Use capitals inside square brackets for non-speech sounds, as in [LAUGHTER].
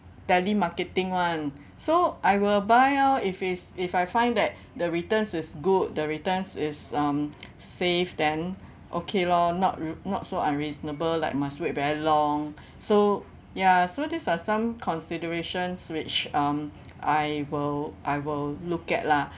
telemarketing [one] [BREATH] so I will buy out if it's if I find that [BREATH] the returns is good the returns is um safe then okay lor not r~ not so unreasonable like must wait very long [BREATH] so ya so these are some considerations which um [NOISE] I will I will look at lah